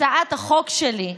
הצעת החוק שלי,